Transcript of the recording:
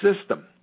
system